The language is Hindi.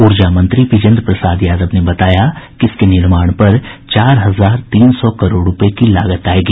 ऊर्जा मंत्री बिजेन्द्र प्रसाद यादव ने बताया कि इसके निर्माण पर चार हजार तीन सौ करोड़ रूपये की लागत आयेगी